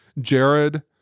Jared